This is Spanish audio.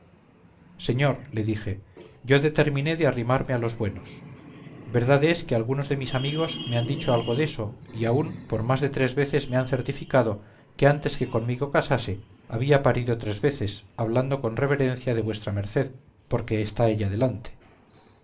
señor le dije yo determiné de arrimarme a los buenos verdad es que algunos de mis amigos me han dicho algo deso y aun por más de tres veces me han certificado que antes que comigo casase había parido tres veces hablando con reverencia de v m porque está ella delante